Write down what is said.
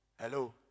Hello